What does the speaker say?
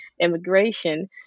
Immigration